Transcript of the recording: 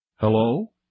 Hello